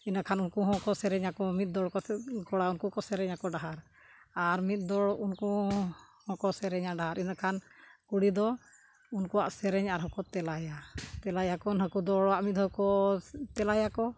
ᱤᱱᱟᱹᱠᱷᱟᱱ ᱩᱱᱠᱩ ᱦᱚᱸᱠᱚ ᱥᱮᱨᱮᱧ ᱟᱠᱚ ᱢᱤᱫ ᱫᱚᱞ ᱠᱟᱛᱮᱫ ᱠᱚᱲᱟ ᱩᱱᱠᱩ ᱠᱚ ᱥᱮᱨᱮᱧ ᱟᱠᱚ ᱰᱟᱦᱟᱨ ᱟᱨ ᱢᱤᱫ ᱫᱚᱞ ᱩᱱᱠᱩ ᱦᱚᱸᱠᱚ ᱥᱮᱨᱮᱧᱟ ᱰᱟᱦᱟᱨ ᱤᱱᱟᱹ ᱠᱷᱟᱱ ᱠᱩᱲᱤ ᱫᱚ ᱩᱱᱠᱩᱣᱟᱜ ᱥᱮᱨᱮᱧ ᱟᱨᱦᱚᱸ ᱠᱚ ᱛᱮᱞᱟᱭᱟ ᱛᱮᱞᱟᱭᱟᱠᱚ ᱱᱩᱠᱩ ᱫᱚ ᱦᱚᱲᱟᱜ ᱢᱤᱫ ᱫᱷᱟᱣ ᱠᱚ ᱛᱮᱞᱟᱭᱟᱠᱚ